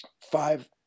five